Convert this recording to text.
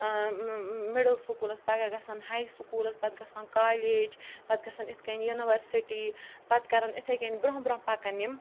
middle سکوٗلَس پَگاہ گژھن ہاے سکوٗلَس پَتہٕ گژھن کالیج پَتہٕ گژھن اِتھ کنۍ یوٗنیورسٹی پَتہٕ کَرَن اِتھَے کنۍ بروںٛہہ بروںٛہہ پَکَن یِم